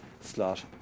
slot